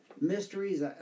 Mysteries